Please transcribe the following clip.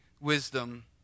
wisdom